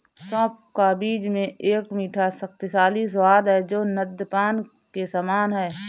सौंफ का बीज में एक मीठा, शक्तिशाली स्वाद है जो नद्यपान के समान है